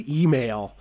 email